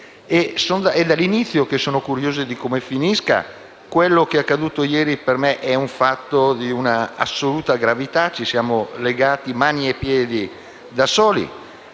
È dall'inizio che sono curioso di vedere come finisce. Quello che è avvenuto ieri è un fatto di assoluta gravità; ci siamo legati mani e piedi da soli.